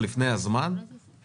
אתה צודק.